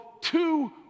two